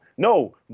No